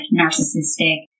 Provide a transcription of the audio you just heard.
narcissistic